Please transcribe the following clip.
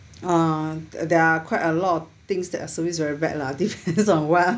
uh there are quite a lot of things that are service very bad lah depends on what